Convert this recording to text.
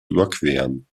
überqueren